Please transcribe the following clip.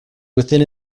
within